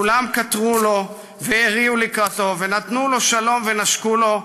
כולם כתרו לו והריעו לקראתו ונתנו לו שלום ונשקו לו,